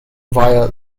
via